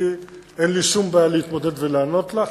אין לי שום בעיה להתמודד ולענות לך,